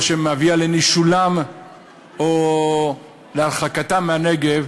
או שמביאה לנישולם או להרחקתם מהנגב,